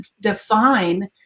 define